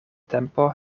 tempo